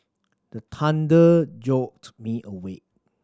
the thunder jolt me awake